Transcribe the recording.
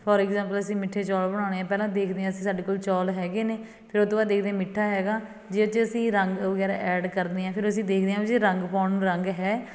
four example ਅਸੀਂ ਮਿੱਠੇ ਚੌਲ ਬਣਾਉਣੇ ਆ ਪਹਿਲਾਂ ਦੇਖਦੇ ਹਾਂ ਅਸੀਂ ਸਾਡੇ ਕੋਲ ਚੌਲ ਹੈਗੇ ਨੇ ਫਿਰ ਉਹ ਤੋਂ ਬਾਅਦ ਦੇਖਦੇ ਮਿੱਠਾ ਹੈਗਾ ਜੇ ਇਹ 'ਚ ਅਸੀਂ ਰੰਗ ਵਗੈਰਾ ਐਡ ਕਰਦੇ ਹਾਂ ਫਿਰ ਅਸੀਂ ਦੇਖਦੇ ਹਾਂ ਵੀ ਇਹ 'ਚ ਰੰਗ ਪਾਉਣ ਨੂੰ ਰੰਗ ਹੈ